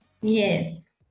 Yes